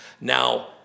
Now